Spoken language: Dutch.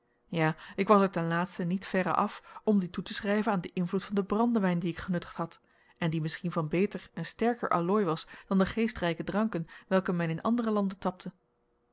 ja ik was er ten laatste niet verre af om die toe te schrijven aan den invloed van den brandewijn dien ik genuttigd had en die misschien van beter en sterker allooi was dan de geestrijke dranken welke men in andere landen tapte